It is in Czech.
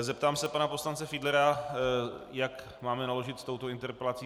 Zeptám se pana poslance Fiedlera, jak máme naložit s touto interpelací.